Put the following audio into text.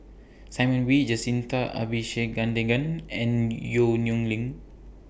Simon Wee Jacintha Abisheganaden and Yong Nyuk Lin